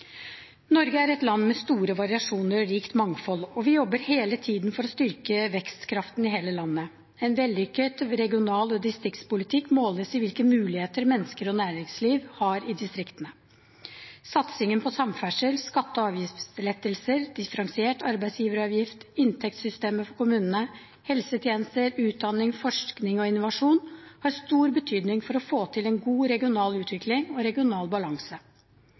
Norge er et land med store variasjoner og rikt mangfold, og vi jobber hele tiden for å styrke vekstkraften i hele landet. En vellykket regional- og distriktspolitikk måles i hvilke muligheter mennesker og næringsliv har i distriktene. Satsingen på samferdsel, skatte- og avgiftslettelser, differensiert arbeidsgiveravgift, inntektssystemet for kommunene, helsetjenester, utdanning, forskning og innovasjon har stor betydning for å få til en god regional utvikling og regional balanse.